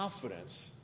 confidence